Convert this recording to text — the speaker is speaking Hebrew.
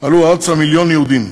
עלו ארצה מיליון יהודים,